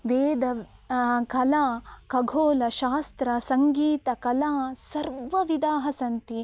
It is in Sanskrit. वेदः वा खला खगोलशास्त्रं सङ्गीतकलाः सर्वविधाः सन्ति